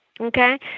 Okay